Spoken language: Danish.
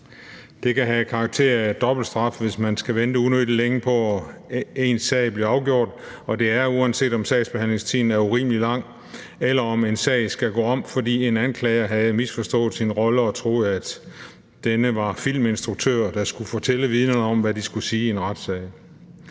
Det kan have karakter af dobbeltstraf, hvis man skal vente unødig længe på, at ens sag bliver afgjort, og det er, uanset om sagsbehandlingstiden er urimelig lang, eller om en sag skal gå om, fordi en anklager havde misforstået sin rolle og troede, at denne var filminstruktør, der skulle fortælle vidnerne om, hvad de skulle sige i en retssag.